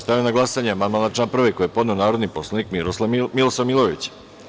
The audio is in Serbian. Stavljam na glasanje amandman na član 2. koji je podneo narodni poslanik Milosav Milojević.